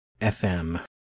FM